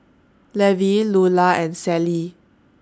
Levi Lulla and Celie